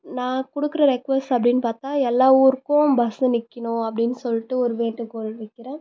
நான் கொடுக்குற ரெக்கொஸ்ட் அப்படின்னு பார்த்தா எல்லாம் ஊருக்கும் பஸ்ஸு நிற்கிணும் அப்படின்னு சொல்லிட்டு ஒரு வேண்டுகோள் வைக்குறேன்